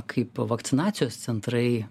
kaip vakcinacijos centrai